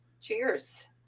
Cheers